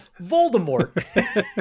Voldemort